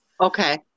Okay